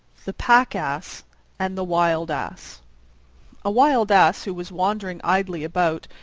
the pack-ass and the wild ass a wild ass, who was wandering idly about,